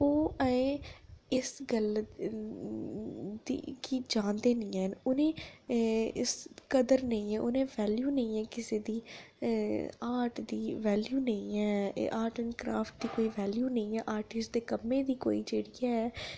ओह् अजें इस गल्ल दी गी जानदे नेईं हैन उ'नें ई कदर नेई ऐ उ'नें वैल्यू नेईं ऐ कुसै दे आर्ट दी वैल्यू नेईं ऐ आर्ट ऐंड क्राफट दी वैल्यू नेईं ऐ आर्टिस्ट दे कम्मे दी कोई जेह्ड़ी ऐ